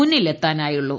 മുന്നിലെത്താനായുള്ളൂ